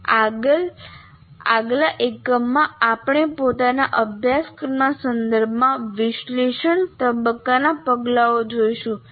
સ્લાઇડનો સમય જુઓ 3501 આગલા એકમમાં આપણે પોતાના અભ્યાસક્રમના સંદર્ભમાં વિશ્લેષણ તબક્કાના પગલાઓ જોઈશું